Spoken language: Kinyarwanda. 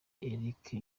erica